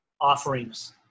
offerings